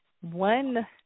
one